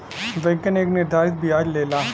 बैंकन एक निर्धारित बियाज लेला